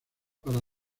para